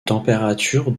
température